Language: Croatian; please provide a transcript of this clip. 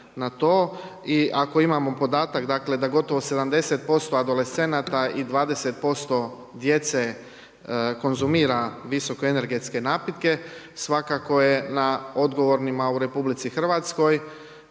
I ako imamo podatak, dakle da gotovo 70% adolescenata i 20% djece konzumira visoko energetske napitke svakako je na odgovornima u RH da razmisle